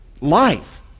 life